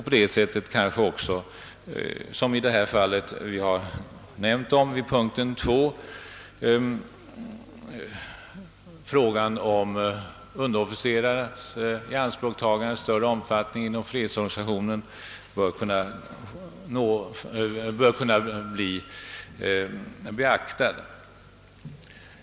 På detta sätt kanske också — som vi har nämnt i reservationen vid punkten 2 — frågan om underofficerares ianspråktagande i större omfattning inom fredsorganisationen kan bli beaktad.